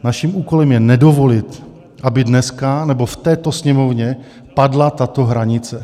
Naším úkolem je nedovolit, aby dneska, nebo v této Sněmovně padla tato hranice.